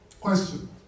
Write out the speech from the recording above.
Question